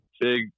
big